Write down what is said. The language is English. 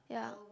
yeah